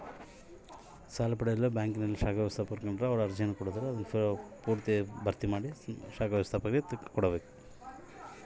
ಸಾಲ ಪಡೆಯಲು ಹೇಗೆ ಅರ್ಜಿ ಸಲ್ಲಿಸಬೇಕು?